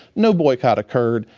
no boycott occurred.